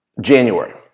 January